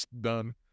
Done